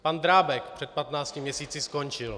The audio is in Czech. Pan Drábek před 15 měsíci skončil.